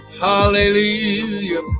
Hallelujah